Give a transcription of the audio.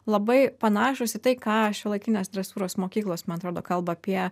labai panašūs į tai ką šiuolaikinės dresūros mokyklos man atrodo kalba apie